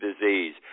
disease